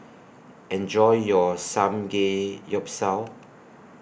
Enjoy your Samgeyopsal